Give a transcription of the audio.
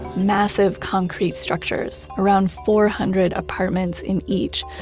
massive concrete structures. around four hundred apartments in each.